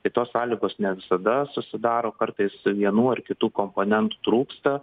tai tos sąlygos ne visada susidaro kartais vienų ar kitų komponentų trūksta